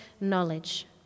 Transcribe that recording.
knowledge